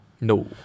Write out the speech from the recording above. No